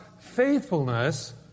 faithfulness